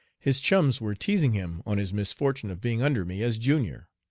his chums were teasing him on his misfortune of being under me as junior,